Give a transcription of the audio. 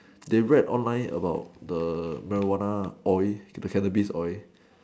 they read online about the marijuana oil to the cannabis oil